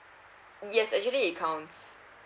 yes actually it counts